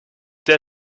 t’es